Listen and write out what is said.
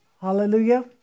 hallelujah